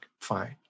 fine